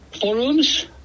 forums